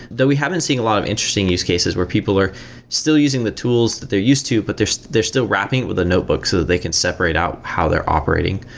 though we haven't seen a lot of interesting use cases where people are still using the tools that they're used to, but they're still wrapping it with a notebook so that they can separate out how they're operating.